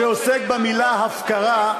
שעוסק במילה הפקרה,